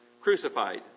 Crucified